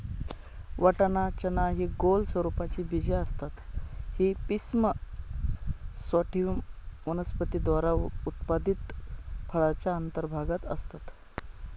वाटाणा, चना हि गोल स्वरूपाची बीजे असतात ही पिसम सॅटिव्हम वनस्पती द्वारा उत्पादित फळाच्या अंतर्भागात असतात